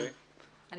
מכרזים,